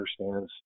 understands